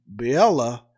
Biella